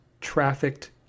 trafficked